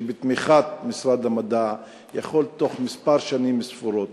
ובתמיכת משרד המדע הוא יכול בתוך שנים ספורות,